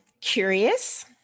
Curious